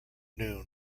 noon